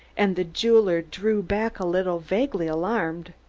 and the jeweler drew back a little, vaguely alarmed.